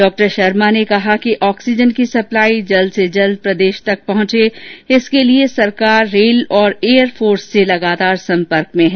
डॉ शर्मा ने कहा कि आक्सीजन की सप्लाई जल्द से जल्द प्रदेश तक पहुंचे इसके लिए सरकार रेल और एयरफोर्स से लगातार संपर्क में है